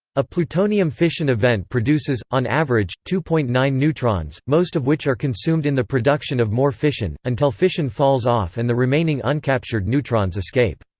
a plutonium fission event produces, on average, two point nine neutrons, most of which are consumed in the production of more fission, until fission falls off and the remaining uncaptured neutrons escape.